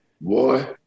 boy